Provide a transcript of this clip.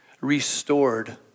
restored